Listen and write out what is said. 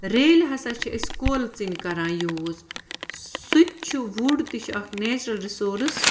ریلہِ ہَسا چھِ أسۍ کولہٕ ژِنہِ کَران یوٗز سُہ تہِ چھُ وُڈ تہِ چھِ اَکھ نیچرَل رِسورٕس